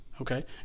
Okay